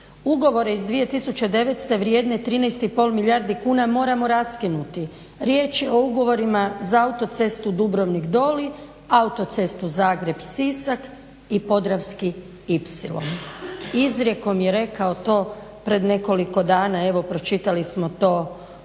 Ugovore iz 2009. vrijedne 13,5 milijardi kuna moramo raskinuti. Riječ je o ugovorima za autocestu Dubrovnik-Doli, autocestu Zagreb-Sisak i Podravski ipsilon. Izrijekom je rekao to pred nekoliko dana, evo pročitali smo to u